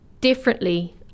differently